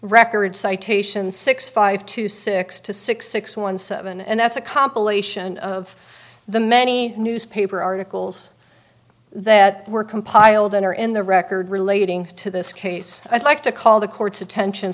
record citations six five to six to six six one seven and that's a compilation of the many newspaper articles that were compiled in or in the record relating to this case i'd like to call the court's attention